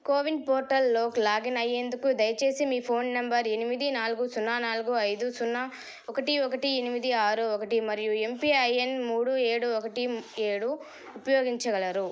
CoWIN పోర్టల్లోక్ login అయ్యేందుకు దయచేసి మీ ఫోన్ నంబర్ ఎనిమిది నాలుగు సున్నా నాలుగు ఐదు సున్నా ఒకటి ఒకటి ఎనిమిది ఆరు ఒకటి మరియు ఎంపిఐఎన్ మూడు ఏడు ఒకటి ఏడు ఉపయోగించగలరు